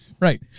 Right